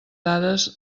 dades